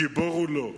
גיבור הוא לא,